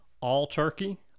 all-turkey